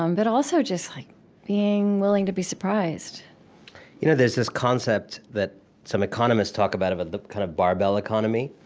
um but also just like being willing to be surprised you know there's this concept that some economists talk about, about the kind of barbell economy.